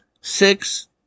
Six